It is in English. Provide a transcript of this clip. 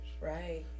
right